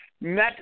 met